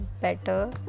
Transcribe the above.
better